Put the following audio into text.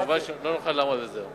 מובן שלא נוכל לעמוד בזה.